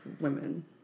women